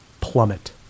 plummet